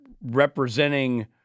representing